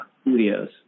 Studios